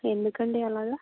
ఎందుకండీ అలాగా